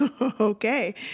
Okay